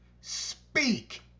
Speak